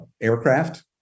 aircraft